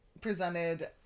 presented